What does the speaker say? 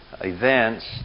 events